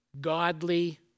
godly